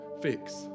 fix